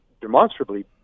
demonstrably